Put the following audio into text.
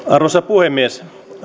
arvoisa puhemies